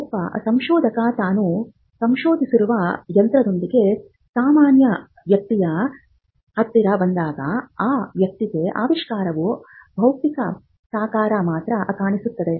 ಒಬ್ಬ ಸಂಶೋಧಕ ತಾನು ಸಂಶೋಧಿಸಿರುವ ಯಂತ್ರದೊಂದಿಗೆ ಸಾಮಾನ್ಯ ವ್ಯಕ್ತಿಯ ಹತ್ತಿರ ಬಂದಾಗ ಆ ವ್ಯಕ್ತಿಗೆ ಆವಿಷ್ಕಾರವು ಭೌತಿಕ ಸಾಕಾರ ಮಾತ್ರ ಕಾಣಸಿಗುತ್ತದೆ